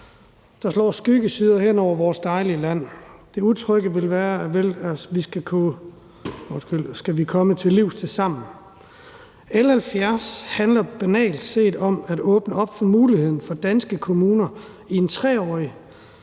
Der er skyggesider, der slår ind over vores dejlige land. Det utrygge skal vi komme til livs sammen. L 70 handler banalt set om at åbne op for muligheden for, at danske kommuner i en 3-årig